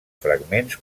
fragments